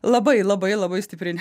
labai labai labai stipri